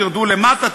תרדו למטה,